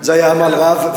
זה היה עמל רב.